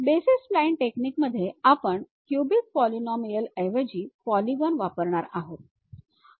basis spline technique मध्ये आपण cubic polynomial ऐवजी पॉलीगॉन वापरणार आहोत